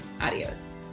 Adios